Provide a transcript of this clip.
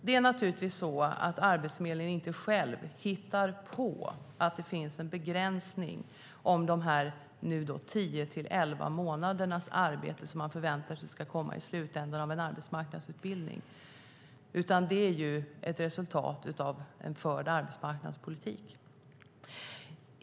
Det är naturligtvis inte så att Arbetsförmedlingen själv hittar på att det finns en begränsning om tio elva månaders arbete som man förväntar sig ska komma i slutändan av en arbetsmarknadsutbildning, utan det är ju ett resultat av en förd arbetsmarknadspolitik.